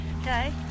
Okay